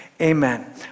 Amen